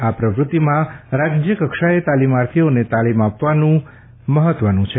આ પ્રવૃતિમાં રાજ્યકક્ષાએ તાલીમાર્થીઓને તાલીમ આપવાનું મહત્વનું છે